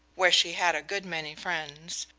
where she had a good many friends,